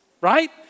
right